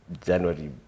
January